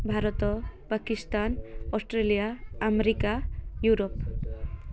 Bharat Pakistan Australia America Europe